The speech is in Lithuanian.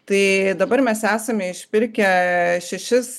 tai dabar mes esame išsipirkę šešis